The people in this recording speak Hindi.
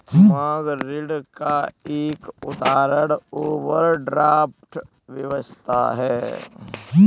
मांग ऋण का एक उदाहरण ओवरड्राफ्ट व्यवस्था है